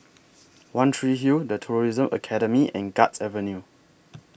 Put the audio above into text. one Tree Hill The Tourism Academy and Guards Avenue